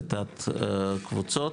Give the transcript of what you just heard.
לתת קבוצות.